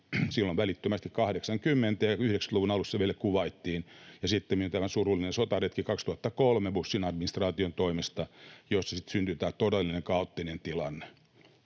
silloin välittömästi, 80- ja 90-luvun alussa vielä Kuwaitiin, ja sittemmin oli tämä surullinen sotaretki 2003 Bushin administraation toimesta, josta sitten syntyi tämä todellinen kaoottinen tilanne,